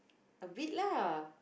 a bit lah